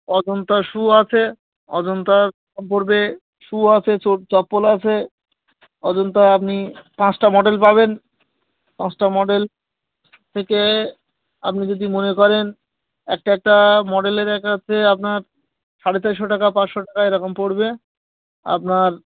Ajanta shoe আছে অজন্তা পড়বে shoe আছে চপ্পলও আছে অজন্তায় আপনি পাঁচটা মডেল পাবেন মডেল থেকে আপনি যদি মনে করেন একটা একটা মডেলের একটা আছে আপনার সাড়ে চারশো টাকা পাঁচশো টাকা এরকম পড়বে আপনার